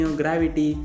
gravity